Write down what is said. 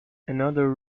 another